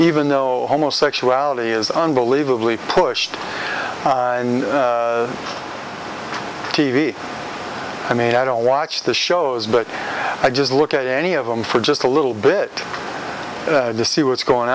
even though homosexuality is unbelievably pushed and t v i mean i don't watch the shows but i just look at any of them for just a little bit to see what's going